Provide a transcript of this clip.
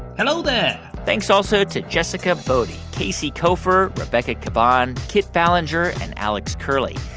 hello there thanks also to jessica boddy, casey koeffer, rebecca caban, kit ballenger and alex curley.